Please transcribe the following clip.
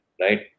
right